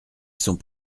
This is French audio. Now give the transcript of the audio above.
sont